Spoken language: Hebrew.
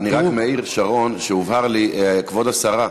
אני רק מעיר, שרון, שהובהר לי, כבוד השרה,